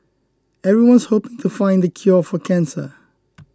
everyone's hope to find the cure for cancer